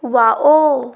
wow